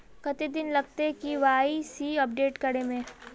कते दिन लगते के.वाई.सी अपडेट करे में?